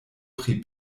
pri